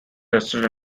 tested